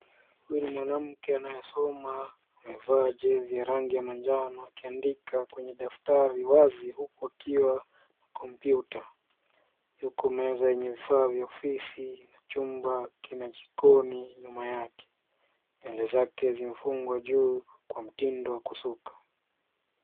Huyu ni mwanamke anayesoma. Amevaa jezi ya rangi ya manjano akiandika kwenye daftari wazi, huku akiwa na kompyuta. Yuko meza yenye vifaa vya ofisi na chumba kina jikoni nyuma yake. Nywele zake zimefungwa juu kwa mtindo wa kusuka.